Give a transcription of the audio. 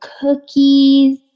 cookies